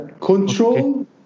Control